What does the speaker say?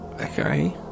okay